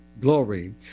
Glory